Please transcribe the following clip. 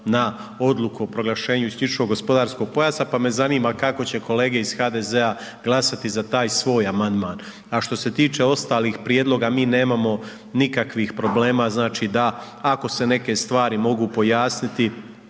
na odluku o proglašenju isključivog gospodarskog pojasa, pa me zanima kako će kolege iz HDZ-a glasati za taj svoj amandman. A što se tiče ostalih prijedloga mi nemamo nikakvih problema znači da ako se neke stvari mogu pojasniti